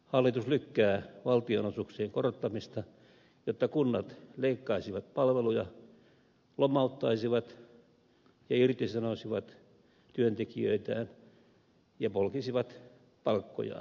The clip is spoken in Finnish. hallitus lykkää valtionosuuksien korottamista jotta kunnat leikkaisivat palveluja lomauttaisivat ja irtisanoisivat työntekijöitään ja polkisivat palkkoja